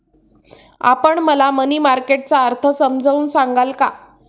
आपण मला money market चा अर्थ समजावून सांगाल का?